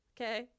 okay